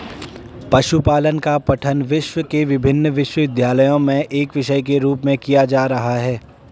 पशुपालन का पठन विश्व के विभिन्न विश्वविद्यालयों में एक विषय के रूप में किया जा रहा है